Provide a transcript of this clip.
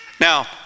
Now